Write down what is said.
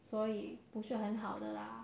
所以不是很好的啦